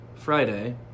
Friday